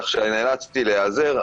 כך שנאלצתי להיעזר.